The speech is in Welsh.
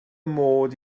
mod